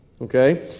Okay